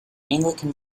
anglican